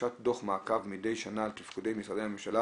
הגשת דוח מעקב מדי שנה על תפקודי משרדי הממשלה